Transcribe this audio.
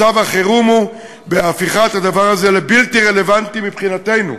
מצב החירום הוא בהפיכת הדבר הזה לבלתי רלוונטי מבחינתנו.